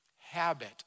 habit